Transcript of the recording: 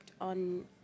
on